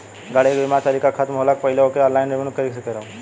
गाड़ी के बीमा के तारीक ख़तम होला के पहिले ओके ऑनलाइन रिन्यू कईसे करेम?